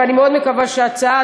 כמו אתרים שלא נסגרים אחרי שמישהו נהרג